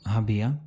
हाँ भैया